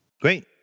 Great